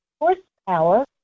horsepower